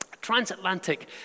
transatlantic